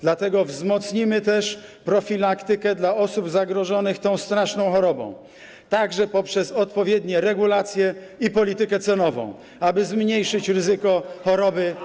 Dlatego wzmocnimy też profilaktykę dla osób zagrożonych tą straszną chorobą, także poprzez odpowiednie regulacje i politykę cenową, aby zmniejszyć ryzyko choroby alkoholizmu.